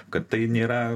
kad tai nėra